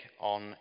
on